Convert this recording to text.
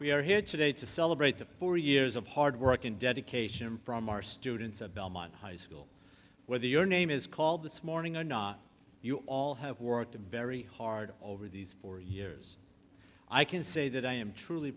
we are here today to celebrate the four years of hard work and dedication from our students at belmont high school whether your name is called this morning or not you all have worked very hard over these four years i can say that i am truly